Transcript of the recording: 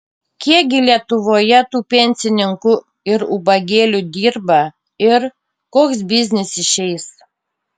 kiek gi lietuvoje tų pensininkų ir ubagėlių dirba ir koks biznis išeis